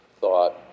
thought